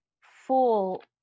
full